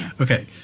Okay